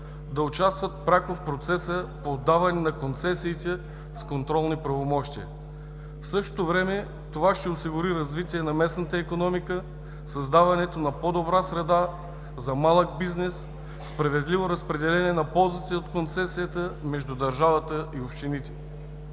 да участват пряко в процеса по отдаване на концесиите с контролни правомощия. В същото време това ще осигури развитие на местната икономика, създаването на по-добра среда за малък бизнес, справедливо разпределение на ползите от концесията между държавата и общините.